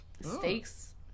steaks